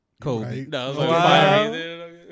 Kobe